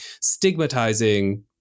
stigmatizing